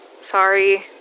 Sorry